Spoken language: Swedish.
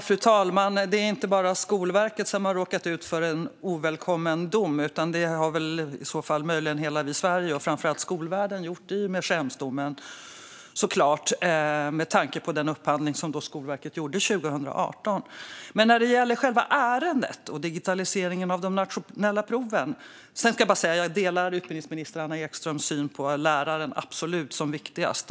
Fru talman! Det är inte bara Skolverket som har råkat ut för en ovälkommen dom. Det har möjligen hela Sverige och framför allt skolvärlden gjort i och med Schremsdomen. Den är ovälkommen med tanke på den upphandling som Skolverket gjorde 2018. Jag ska bara säga att jag delar utbildningsminister Anna Ekströms syn på läraren. Läraren är absolut viktigast.